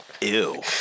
Ew